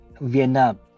Vietnam